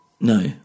No